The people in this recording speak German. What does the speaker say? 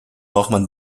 dann